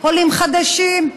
עולים חדשים,